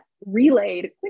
relayed